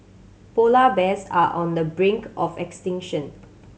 polar bears are on the brink of extinction